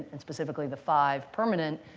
and specifically the five permanent,